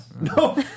No